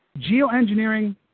geoengineering